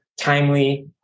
timely